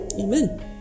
Amen